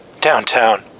Downtown